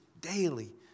daily